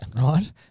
right